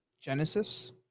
Genesis